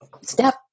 step